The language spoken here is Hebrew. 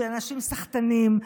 של אנשים סחטנים,